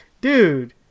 dude